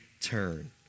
turn